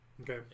Okay